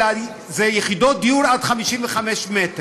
אלא אלה יחידות דיור עד 55 מטר,